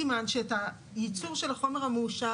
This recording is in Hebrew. סימן שאת הייצור של החומר המאושר,